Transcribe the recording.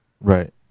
right